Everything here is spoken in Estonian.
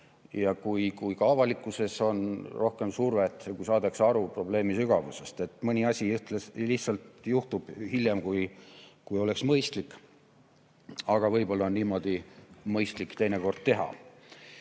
ja kui ka avalikkuses on rohkem survet ja saadakse aru probleemi sügavusest. Mõni asi lihtsalt juhtub hiljem, kui oleks mõistlik. Aga võib-olla ongi niimoodi mõistlik teinekord teha.